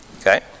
Okay